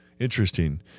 Interesting